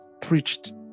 preached